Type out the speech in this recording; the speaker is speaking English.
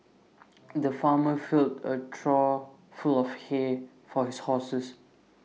the farmer filled A trough full of hay for his horses